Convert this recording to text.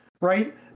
right